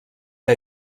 que